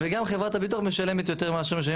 וגם חברת הביטוח משלמת יותר ממה שמשלמים